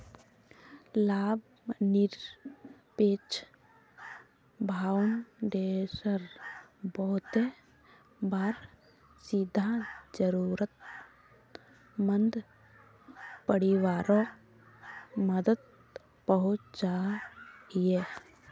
लाभ निरपेक्ष फाउंडेशन बहुते बार सीधा ज़रुरत मंद परिवारोक मदद पहुन्चाहिये